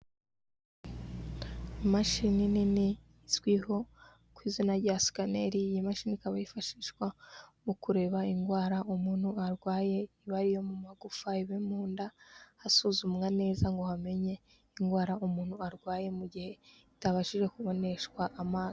Imashini nini izwiho ku izina rya sikaneri, iyi mashini ikaba yifashishwa mu kureba indwara umuntu arwaye, ibe ari iyo mu magufa, ibe mu nda. Hasuzumwa neza ngo hamenye indwara umuntu arwaye mu gihe itabashije kuboneshwa amaso.